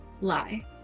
lie